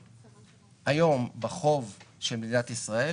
היום בחוב של מדינת ישראל